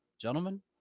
Gentlemen